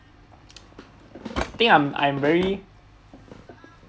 I think I'm I'm very